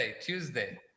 Tuesday